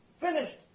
Finished